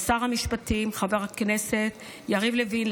לשר המשפטים חבר הכנסת יריב לוין,